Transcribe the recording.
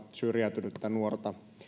syrjäytynyttä nuorta